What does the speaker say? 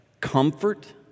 comfort